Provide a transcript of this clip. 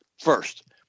first